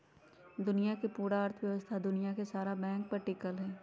दुनिया के पूरा अर्थव्यवस्था दुनिया के सारा बैंके पर टिकल हई